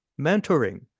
mentoring